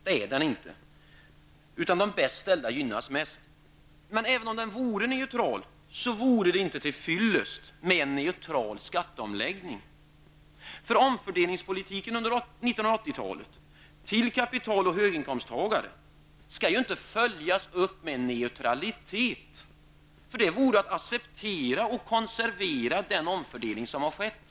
Det är den inte, utan de bäst ställda gynnas mest. Men även om den vore neutral, vore det inte till fyllest med en neutral skatteomläggning. Omfördelningspolitiken under 1980-talet till kapital och höginkomsttagare skall inte följas upp med en neutralitet. Det vore att acceptera och konservera den omfördelning som har skett.